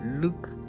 look